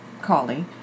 collie